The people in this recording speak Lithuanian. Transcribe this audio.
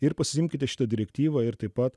ir pasiimkite šitą direktyvą ir taip pat